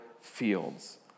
fields